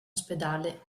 ospedale